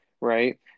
right